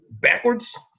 backwards